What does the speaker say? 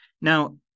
Now